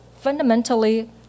Fundamentally